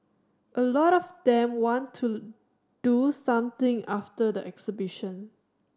a lot of them want to do something after the exhibition